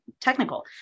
technical